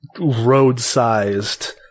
road-sized